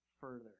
further